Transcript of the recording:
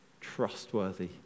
trustworthy